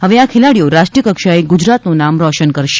હવે આ ખેલાડીઓ રાષ્ટ્રીય કક્ષાએ ગુજરાતનું નામ રોશન કરશે